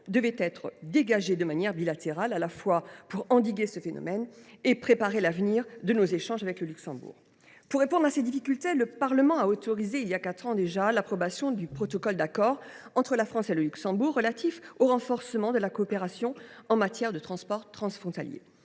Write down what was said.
devait être dégagée de manière bilatérale, à la fois pour endiguer ce phénomène et préparer l’avenir de nos échanges avec le Luxembourg. Pour répondre à ces difficultés, le Parlement a autorisé, voilà quatre ans déjà, l’approbation du protocole d’accord entre la France et le Luxembourg relatif au renforcement de la coopération en matière de transports transfrontaliers.